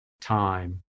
time